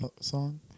song